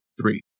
three